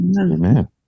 Amen